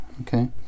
Okay